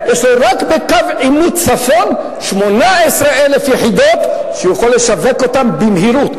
יש לו רק בקו עימות צפון 18,000 יחידות שהוא יכול לשווק במהירות.